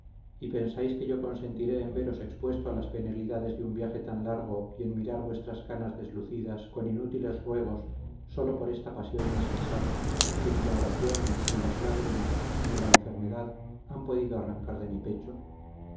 y pensáis que yo consentiré en veros expuesto a las penalidades de un viaje tan largo y en mirar vuestras canas deslucidas con inútiles ruegos sólo por esta pasión insensata que ni la oración ni las lágrimas ni la enfermedad han podido arrancar de mi pecho